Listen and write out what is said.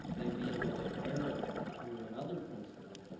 they'd be able to air it through another principal,